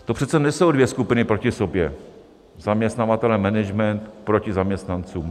To přece nejsou dvě skupiny proti sobě, zaměstnavatelé, management proti zaměstnancům.